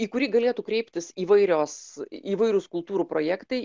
į kurį galėtų kreiptis įvairios įvairūs kultūrų projektai